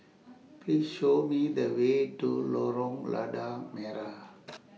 Please Show Me The Way to Lorong Lada Merah